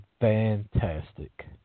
fantastic